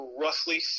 roughly